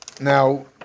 Now